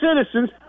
citizens